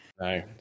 No